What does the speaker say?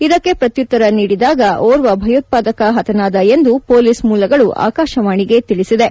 ಇದಕ್ಕೆ ಪ್ರತ್ಯುತ್ತರ ನೀದಿದಾಗ ಓರ್ವ ಭಯೋತ್ಪಾದಕ ಹತನಾದ ಎಂದು ಪೊಲೀಸ್ ಮೂಲಗಳು ಆಕಾಶವಾಣಿಗೆ ತಿಳಿಸಿವೆ